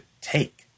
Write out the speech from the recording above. take